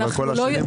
אבל לאורך כל השנים,